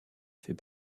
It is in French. fait